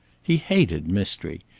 he hated mystery.